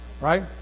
Right